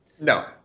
No